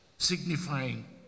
Signifying